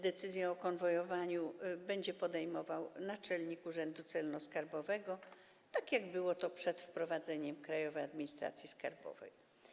Decyzję o konwojowaniu będzie podejmował naczelnik urzędu celno-skarbowego, tak jak to było przed wprowadzeniem Krajowej Administracji Skarbowej.